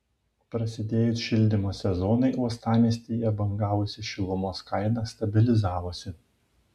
prasidėjus šildymo sezonui uostamiestyje bangavusi šilumos kaina stabilizavosi